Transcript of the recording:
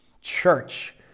Church